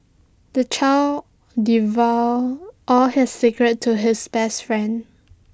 the child divulged all his secrets to his best friend